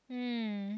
mm